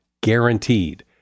guaranteed